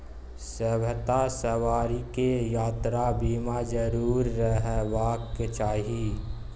सभटा सवारीकेँ यात्रा बीमा जरुर रहबाक चाही